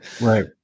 right